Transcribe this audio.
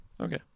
Okay